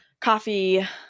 coffee